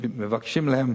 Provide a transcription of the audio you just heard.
מבקשים מהם